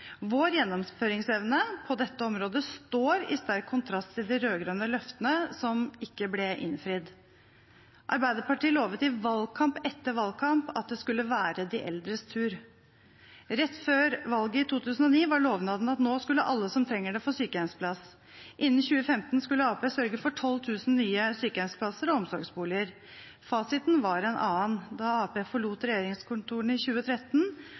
Vår gjennomføringsevne på dette området står i sterk kontrast til de rød-grønne løftene som ikke ble innfridd. Arbeiderpartiet lovet i valgkamp etter valgkamp at det skulle være de eldres tur. Rett før valget i 2009 var lovnaden at nå skulle alle som trenger det, få sykehjemsplass. Innen 2015 skulle Arbeiderpartiet sørge for 12 000 nye sykehjemsplasser og omsorgsboliger. Fasiten var en annen. Da Arbeiderpartiet forlot regjeringskontorene i 2013,